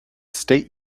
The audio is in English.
state